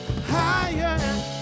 higher